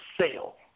sale